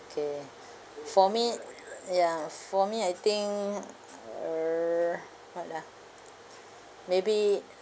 okay for me ya for me I think err what ah maybe